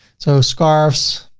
so scarfs,